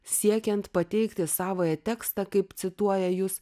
siekiant pateikti savąjį tekstą kaip cituoja jus